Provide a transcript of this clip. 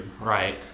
Right